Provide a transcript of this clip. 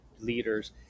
leaders